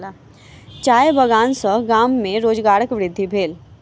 चाय बगान सॅ गाम में रोजगारक वृद्धि भेल